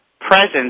presence